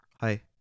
Hi